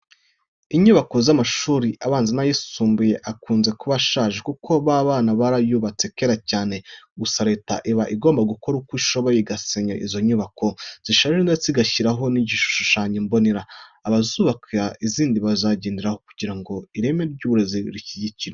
Inyubako z'amashuri abanza n'ay'isumbuye akunze kuba ashaje kuko baba barayubatse kera cyane. Gusa Leta iba igomba gukora uko ishoboye igasenya izo nyubako zishaje ndetse igashyiraho n'igishushanyo mbonera abazubaka izindi bazagenderaho kugira ngo ireme ry'uburezi rishyigikirwe.